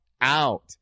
out